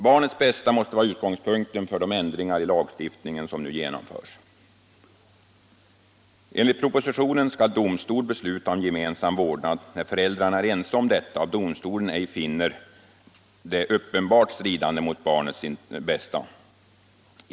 Barnets bästa måste vara utgångspunkten för de ändringar i lagstiftningen som nu genomförs. Enligt propositionen skall domstol besluta om gemensam vårdnad när föräldrarna är ense om detta och domstolen inte finner det uppenbart stridande mot barnets bästa.